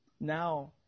Now